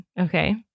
Okay